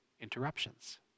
interruptions